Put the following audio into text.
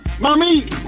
Mommy